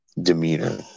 demeanor